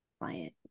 client